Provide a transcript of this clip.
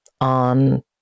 on